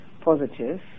positive